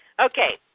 okay